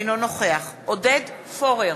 אינו נוכח עודד פורר,